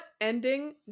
ending